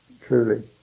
Truly